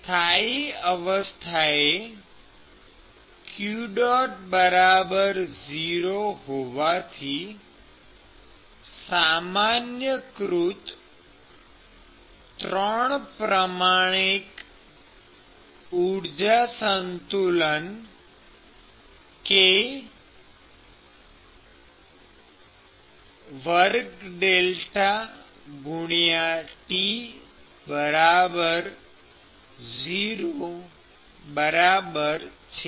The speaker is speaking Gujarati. સ્થાયી અવસ્થાએ q 0 હોવાથી સામાન્યકૃત ત્રણ પ્રમાણિક ઊર્જા સંતુલન k∇2T 0 બરાબર છે